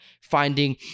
finding